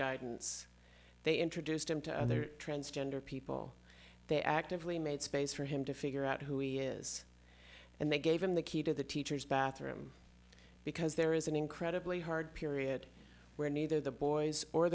guidance they introduced him to other transgender people they actively made space for him to figure out who he is and they gave him the key to the teacher's bathroom because there is an incredibly hard period where neither the boys or